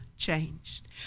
changed